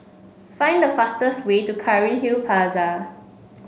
find the fastest way to Cairnhill Plaza